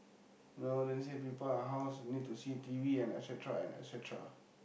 no they only say people in our house need to see T_V and etcetera and etcetera